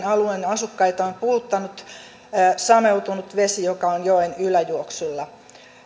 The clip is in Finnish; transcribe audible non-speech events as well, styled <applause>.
<unintelligible> alueen asukkaita on puhuttanut sameutunut vesi joka on joen yläjuoksulla